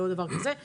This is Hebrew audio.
לא לדבר כזה.